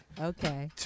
Okay